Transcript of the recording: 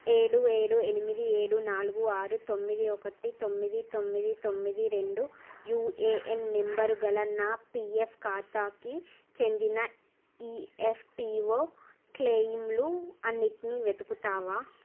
ఏడు ఏడు ఎనిమిది ఏడు నాలుగు ఆరు తొమ్మిది ఒకటి తొమ్మిది తొమ్మిది తొమ్మిది రెండు యూఏఎన్ నంబరు గల నా పిఎఫ్ ఖాతాకి చెందిన ఈఎఫ్పిఓ క్లై మ్లు అన్నిట్ని వెతుకుతావా